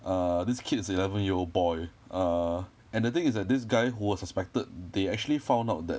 err this kid is a eleven year old boy err and the thing is that this guy who was suspected they actually found out that